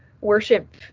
worship